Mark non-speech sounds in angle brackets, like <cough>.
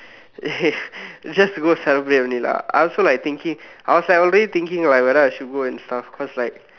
eh <laughs> just go celebrate only lah I also like thinking I was like thinking like whether to go and stuff cause like